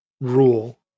rule